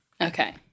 Okay